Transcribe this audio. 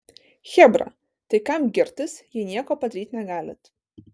chebra tai kam girtis jei nieko padaryt negalit